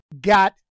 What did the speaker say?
got